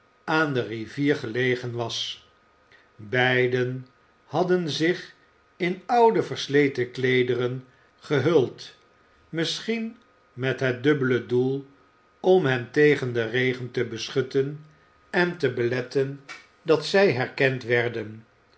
aan de rivier gelegen was beiden hadden zich in oude versleten kleederen gehuld misschien met het dubbele doel om hen tegen den regen te beschutten en te beletten dat zij herkend werden